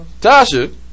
Tasha